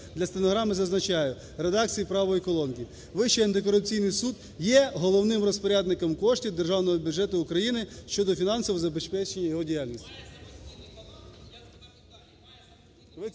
для стенограми зазначаю, в редакції правої колонки: "Вищий антикорупційний суд є головним розпорядником коштів Державного бюджету України щодо фінансового забезпечення його діяльності".